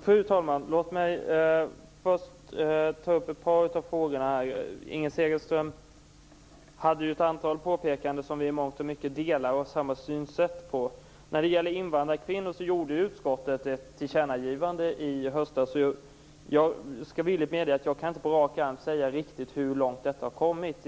Fru talman! Låt mig ta upp ett par av frågorna. Vad beträffar ett antal av de påpekanden som Inger Segelström gjorde har vi i mångt och mycket samma synsätt. När det gäller invandrarkvinnor gjorde utskottet i höstas ett tillkännagivande. Jag skall villigt medge att jag inte riktigt på rak arm kan säga hur långt detta har kommit.